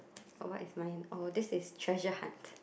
what is mine oh this is treasure hunt